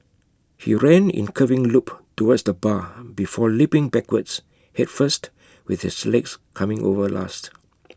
he ran in curving loop towards the bar before leaping backwards Head first with his legs coming over last